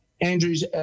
Andrew's